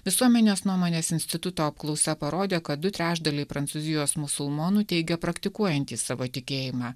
visuomenės nuomonės instituto apklausa parodė kad du trečdaliai prancūzijos musulmonų teigia praktikuojantys savo tikėjimą